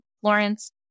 Florence